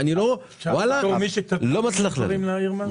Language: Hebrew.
ואני לא מצליח להבין אותה.